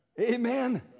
Amen